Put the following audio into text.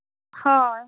हय